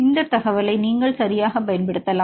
இந்த தகவலை நீங்கள் சரியாகப் பயன்படுத்தலாம்